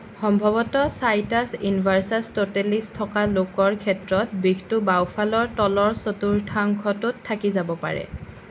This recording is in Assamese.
সম্ভৱতঃ চাইটাছ ইনভাৰ্ছাছ টোটেলিছ থকা লোকৰ ক্ষেত্ৰত বিষটো বাওঁফালৰ তলৰ চতুৰ্থাংশটোত থাকি যাব পাৰে